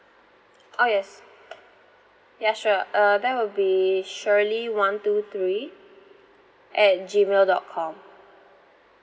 oh yes ya sure uh that would be shirley one two three at gmail dot com